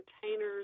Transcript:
containers